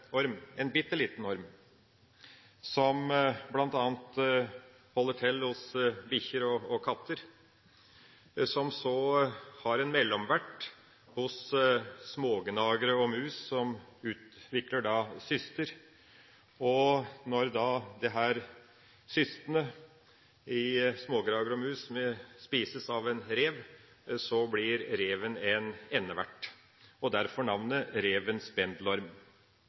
en bitte liten orm som bl.a. holder til hos bikkjer og katter, som så har en mellomvert hos smågnagere og mus som da utvikler cyster. Når smågnagere og mus med disse cystene spises av en rev, blir reven en endevert – derfor navnet revens bendelorm.